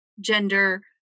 gender